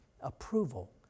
Approval